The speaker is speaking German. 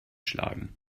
schlagen